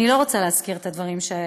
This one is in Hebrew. אני לא רוצה להזכיר את הדברים שנאמרו,